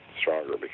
stronger